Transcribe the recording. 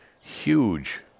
huge